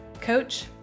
coach